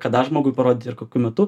ką dar žmogui parodyti ir kokiu metu